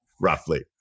roughly